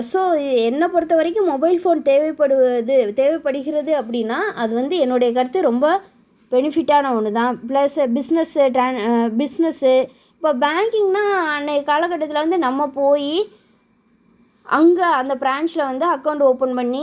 so இ என்ன பொறுத்த வரைக்கும் மொபைல் ஃபோன் தேவைப்படுவது தேவைப்படுகிறது அப்படினா அது வந்து என்னோடைய கருத்து ரொம்ப பெனிஃபிட்டான ஒன்று தான் ப்ளஸ்ஸு பிஸ்னஸ்ஸு ட்ர பிஸ்னஸ்ஸு இப்போ பேங்கிங்னா அன்றைய காலகட்டத்தில் வந்து நம்ம போய் அங்கே அந்த ப்ராஞ்சுல வந்து அக்கௌண்ட் ஓப்பன் பண்ணி